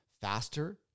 faster